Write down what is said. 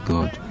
God